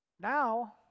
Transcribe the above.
Now